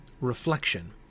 reflection